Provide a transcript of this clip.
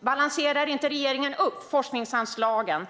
balanserar inte regeringen upp forskningsanslagen.